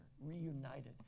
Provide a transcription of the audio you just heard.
reunited